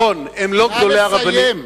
נכון, הם לא גדולי הרבנים, נא לסיים.